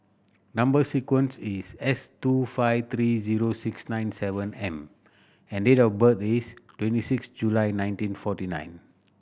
number sequence is S two five three zero six nine seven M and date of birth is twenty six July nineteen forty nine